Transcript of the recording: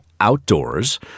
outdoors